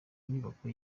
nyubako